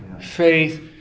faith